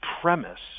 premise